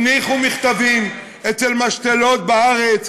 הניחו מכתבים במשתלות בארץ,